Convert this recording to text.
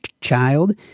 child